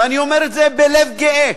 ואני אומר את זה בלב גאה.